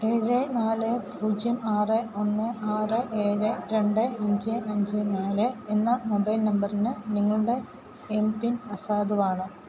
ഏഴ് നാല് പൂജ്യം ആറ് ഒന്ന് ആറ് ഏഴ് രണ്ട് അഞ്ച് അഞ്ച് നാല് എന്ന മൊബൈൽ നമ്പറിന് നിങ്ങളുടെ എം പിൻ അസാധുവാണ്